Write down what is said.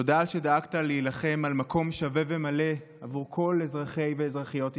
תודה על שדאגת להילחם על מקום שווה ומלא עבור כל אזרחי ואזרחיות ישראל,